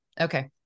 Okay